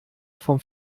vom